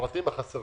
הפרטים החסרים.